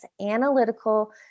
analytical